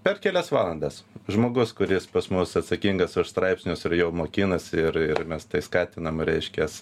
per kelias valandas žmogus kuris pas mus atsakingas už straipsnius ir jau mokinasi ir ir mes tai skatinam reiškias